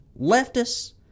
Leftists